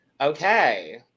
okay